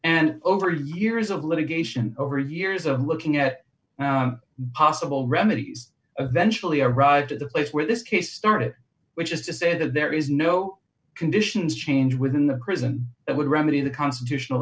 and over years of litigation over of years i'm looking at possible remedies eventually arrived at the place where this case started which is to say if there is no conditions change within the prison it would remedy the constitutional